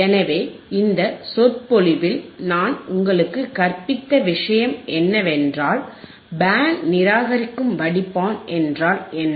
எனவே இந்த சொற்பொழிவில்நான் உங்களுக்கு கற்பித்த விஷயம் என்னவென்றால் பேண்ட் நிராகரிக்கும் வடிப்பான் என்றால் என்ன